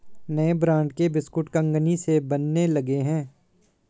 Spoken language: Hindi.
नए ब्रांड के बिस्कुट कंगनी से बनने लगे हैं